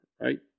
right